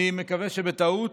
ואני מקווה שבטעות,